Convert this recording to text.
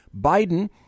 biden